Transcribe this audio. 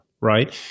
right